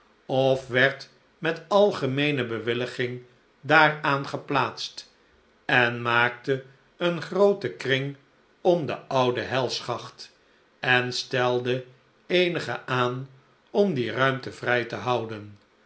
of werd met algemeene bewilliging daaraan geplaatst en maakte een grooten kring om de oude helschacht en stelde eenigen aan om die ruimte vrij te houden